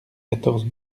quatorze